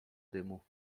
dymu